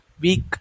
week